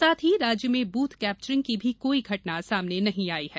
साथ ही राज्य में बूथ कैप्चरिंग की भी कोई घटना सामने नहीं आई है